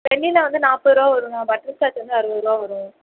வெண்ணிலா வந்து நாற்பது ரூவா வருண்ணா பட்டர்ஸ்காட்ச் வந்து அறுபது ரூவா வரும்